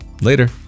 Later